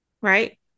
right